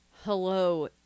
hello